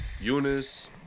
Eunice